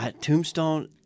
Tombstone